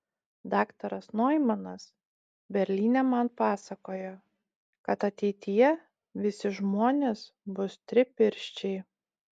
daktaras noimanas berlyne man pasakojo kad ateityje visi žmonės bus tripirščiai